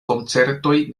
koncertoj